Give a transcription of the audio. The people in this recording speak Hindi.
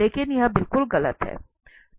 लेकिन यह बिल्कुल गलत है